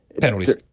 Penalties